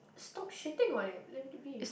stop shitting on it let it to be